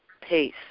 pace